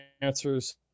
answers